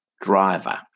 driver